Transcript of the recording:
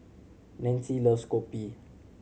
Nancy loves kopi